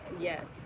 yes